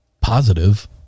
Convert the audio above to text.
positive